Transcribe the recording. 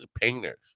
painters